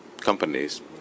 companies